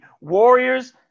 Warriors